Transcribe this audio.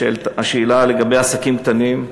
השאלה על עסקים קטנים,